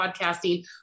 podcasting